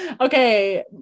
okay